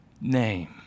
name